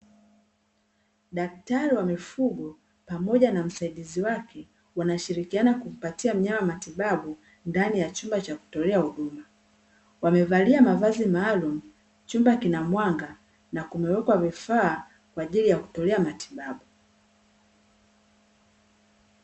Daktari wa mifugo pamoja na msaidizi wake, wanashirikiana kumpatia mnyama matibabu, ndani ya chumba cha kutolea huduma. Wamevalia mavazi maalumu, chumba kina mwanga na kumewekwa vifaa kwa ajili ya kutolea matibabu.